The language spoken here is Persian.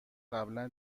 قبلا